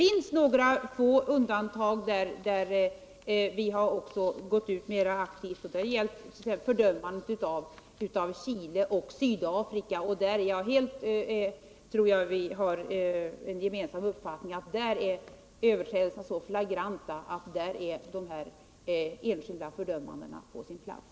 || I några få undantagsfall har vi emellertid gått ut mera aktivt. Det gällde fördömandena av Chile och Sydafrika. Jag tror att det är vår gemensamma uppfattning att överträdelserna i de fallen är så flagranta att de enskilda fördömandena var på sin plats.